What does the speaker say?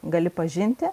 gali pažinti